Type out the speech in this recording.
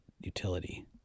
utility